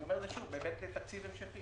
אני אומר את זה שוב בהיבט של תקציב המשכי.